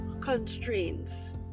constraints